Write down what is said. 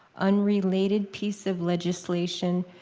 unrelated piece of legislation,